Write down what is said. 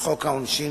בחוק העונשין,